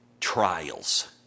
trials